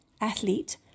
athlete